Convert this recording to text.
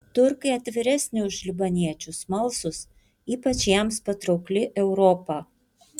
turkai atviresni už libaniečius smalsūs ypač jiems patraukli europa